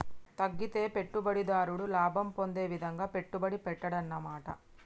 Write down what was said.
తగ్గితే పెట్టుబడిదారుడు లాభం పొందే విధంగా పెట్టుబడి పెట్టాడన్నమాట